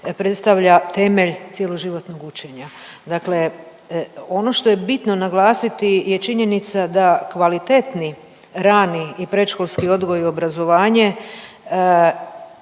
predstavlja temelj cjeloživotnog učenja. Dakle, ono što je bitno naglasiti je činjenica da kvalitetni rani i predškolski odgoj i obrazovanje